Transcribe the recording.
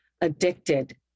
addicted